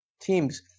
teams